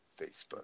Facebook